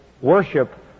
worship